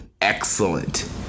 excellent